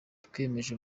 twiyemeza